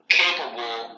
capable